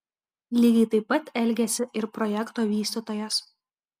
lygiai taip pat elgėsi ir projekto vystytojas